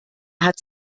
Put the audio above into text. hat